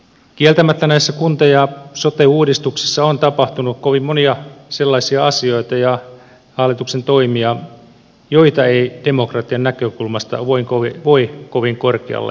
kieltämättä näissä kunta ja sote uudistuksissa on tapahtunut kovin monia sellaisia asioita ja hallituksen toimia joita ei demokratian näkökulmasta voi kovin korkealle nostaa